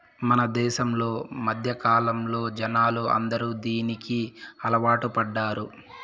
మన దేశంలో మధ్యకాలంలో జనాలు అందరూ దీనికి అలవాటు పడ్డారు